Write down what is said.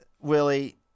Willie